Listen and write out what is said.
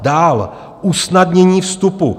Dál: usnadnění vstupu.